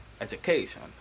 education